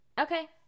Okay